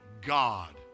God